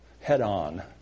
head-on